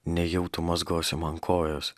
nejau tu mazgosi man kojas